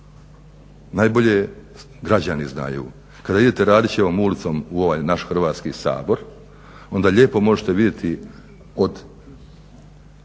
Najbolje građani znaju. Kada idete Radićevom ulicom u ovaj naš Hrvatski sabor onda lijepo možete vidjeti od